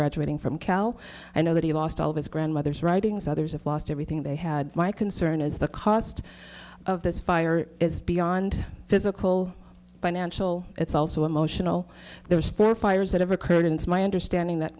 graduating from cal i know that he lost all of his grandmother's writings others have lost everything they had my concern is the cost of this fire is beyond physical financial it's also emotional there's four fires that have occurred and it's my understanding that